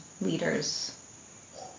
leaders